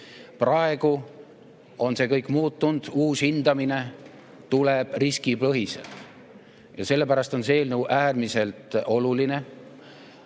Praegu on kõik muutunud, uus hindamine tuleb riskipõhiselt. Ja sellepärast on see eelnõu äärmiselt oluline,